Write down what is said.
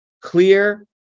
clear